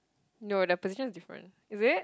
no their position is different is it